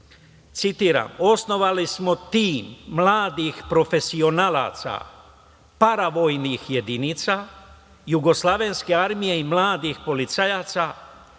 Osnovali smo tim mladih profesionalaca, paravojnih jedinica, Jugoslovenske armije i mladih policajaca